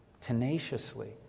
tenaciously